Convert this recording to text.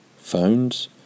phones